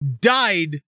died